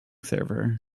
server